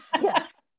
Yes